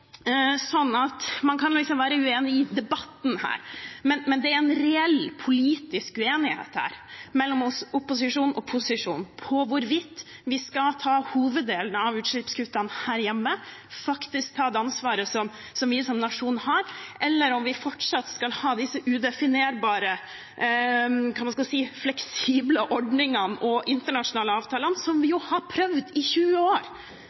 sånn at man kan være uenig i debatten, men det er en reell politisk uenighet mellom opposisjon og posisjon om hvorvidt vi skal ta hoveddelen av utslippskuttene her hjemme og faktisk ta det ansvaret som vi som nasjon har, eller om vi fortsatt skal ha disse udefinerbare fleksible ordningene og internasjonale avtalene, som vi har prøvd i 20 år